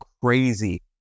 crazy